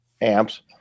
amps